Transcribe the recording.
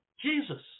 Jesus